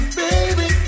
baby